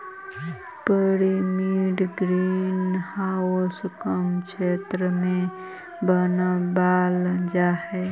pyramid green house कम क्षेत्र में बनावाल जा हई